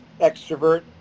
extrovert